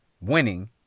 Winning